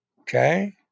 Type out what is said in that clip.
Okay